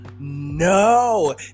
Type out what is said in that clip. no